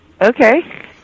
Okay